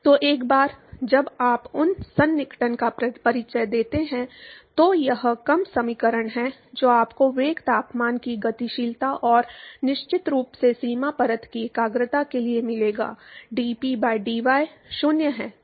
तो एक बार जब आप उन सन्निकटन का परिचय देते हैं तो यह कम समीकरण है जो आपको वेग तापमान की गतिशीलता और निश्चित रूप से सीमा परत की एकाग्रता के लिए मिलेगा dP by dy 0 है